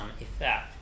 effect